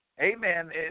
amen